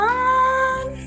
on